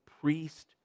priest